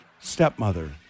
stepmother